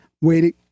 waiting